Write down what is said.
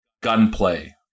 gunplay